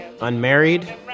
unmarried